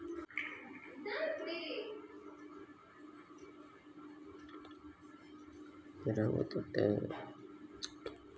digital India ಭಾರತ ಸರ್ಕಾರ ಜನಕ್ ಎಲ್ಲ ಕೆಲ್ಸ ಜಲ್ದೀ ಆಗಲಿ ಅಂತ ಶುರು ಮಾಡಿದ್ದು